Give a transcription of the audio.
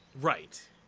right